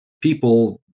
people